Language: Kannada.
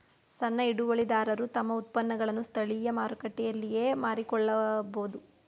ಸಣ್ಣ ಹಿಡುವಳಿದಾರರು ತಮ್ಮ ಉತ್ಪನ್ನಗಳನ್ನು ಸ್ಥಳೀಯ ಮಾರುಕಟ್ಟೆಯಲ್ಲಿಯೇ ಮಾರಿಕೊಳ್ಳಬೋದು